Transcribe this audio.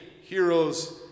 heroes